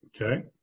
Okay